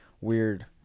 weird